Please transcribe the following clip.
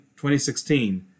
2016